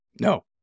No